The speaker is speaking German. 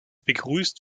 begrüßt